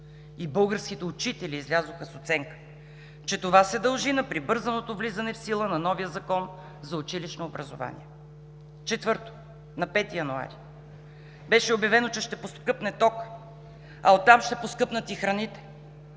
И българските учители излязоха с оценка, че това се дължи на прибързаното влизане в сила на новия Закон за училищно образование. Четвърто, на 5 януари беше обявено, че ще поскъпне токът, а от там ще поскъпнат и храните.